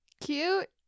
cute